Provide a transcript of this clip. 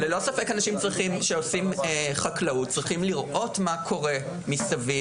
ללא ספק אנשים שעושים חקלאות צריכים להסתכל על מה שקורה מסביב,